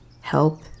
help